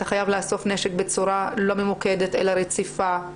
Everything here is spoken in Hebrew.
אתה חייב לאסוף נשק בצורה לא ממוקדת אלא רציפה,